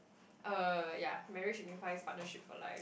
uh ya marriage signifies partnership for life